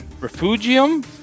Refugium